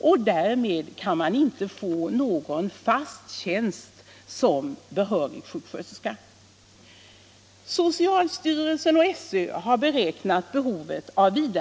och därmed kan man inte få någon fast tjänst som behörig sjuksköterska.